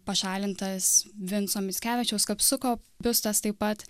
pašalintas vinco mickevičiaus kapsuko biustas taip pat